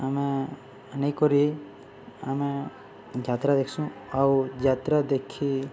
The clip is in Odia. ଆମେ ନେଇକରି ଆମେ ଯାତ୍ରା ଦେଖ୍ସୁଁ ଆଉ ଯାତ୍ରା ଦେଖି